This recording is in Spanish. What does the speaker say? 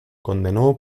condenó